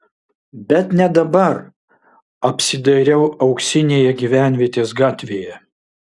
bet ne dabar apsidairau auksinėje gyvenvietės gatvėje